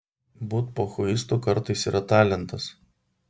būt pochuistu kartais yra talentas